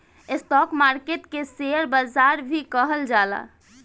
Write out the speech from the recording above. stock market के share बाजार भी कहल जाला